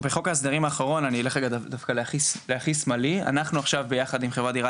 בחוק ההסדרים האחרון אנחנו עכשיו ביחד עם חברת "דירה